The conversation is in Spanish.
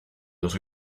los